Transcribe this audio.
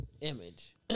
image